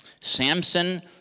Samson